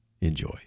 Enjoy